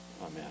Amen